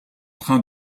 train